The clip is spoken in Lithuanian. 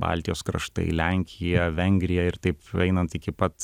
baltijos kraštai lenkija vengrija ir taip einant iki pat